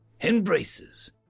embraces